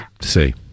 see